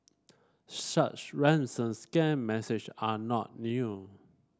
such ransom scam message are not new